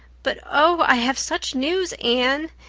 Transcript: but oh, i have such news, anne.